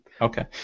Okay